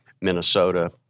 Minnesota